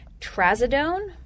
Trazodone